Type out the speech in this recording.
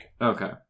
okay